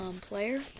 player